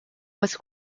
was